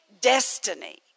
destiny